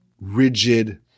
rigid